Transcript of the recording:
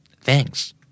thanks